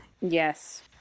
Yes